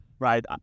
Right